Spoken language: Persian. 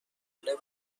خونه